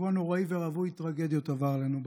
שבוע נוראי ורווי טרגדיות עבר עלינו בכבישים: